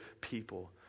people